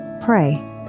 pray